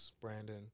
Brandon